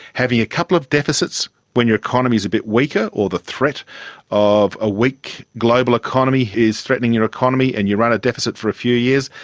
having a couple of deficits when your economy is a bit weaker or the threat of a weak global economy is threatening your economy and you run a deficit for a few years,